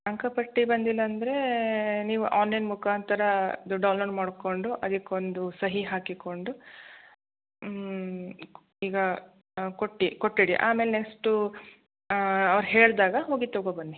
ಅಂಕಪಟ್ಟಿ ಬಂದಿಲ್ಲ ಅಂದರೆ ನೀವು ಆನ್ಲೈನ್ ಮುಖಾಂತರ ಅದು ಡೌನ್ಲೋಡ್ ಮಾಡ್ಕೊಂಡು ಅದಕ್ಕೊಂಡು ಸಹಿ ಹಾಕಿಕೊಂಡು ಈಗ ಕೊಟ್ಟಿ ಕೊಟ್ಬಿಡಿ ಆಮೇಲೆ ನೆಕ್ಸ್ಟು ಅವ್ರು ಹೇಳಿದಾಗ ಹೋಗಿ ತಗೊಂಡ್ಬನ್ನಿ